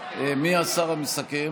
מי השר המסכם?